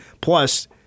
Plus